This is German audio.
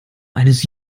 eines